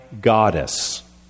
goddess